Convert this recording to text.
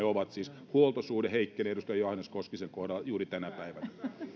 ovat siis huoltosuhde heikkenee edustaja johannes koskisen kohdalla juuri tänä päivänä